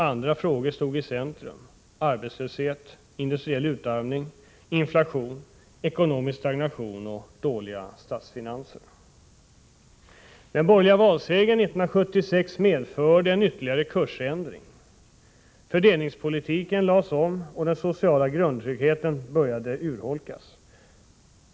Andra frågor Allmänpolitisk stod i centrum: arbetslöshet, industriell utarmning, inflation, ekonomisk debatt stagnation och dåliga statsfinanser. Den borgerliga valsegern 1976 medförde en ytterligare kursändring. Fördelningspolitiken lades om och den sociala grundtryggheten började urholkas.